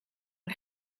een